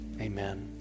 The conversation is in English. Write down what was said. amen